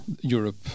Europe